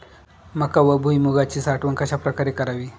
मका व भुईमूगाची साठवण कशाप्रकारे करावी?